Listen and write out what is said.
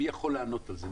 מי יכול לענות על זה?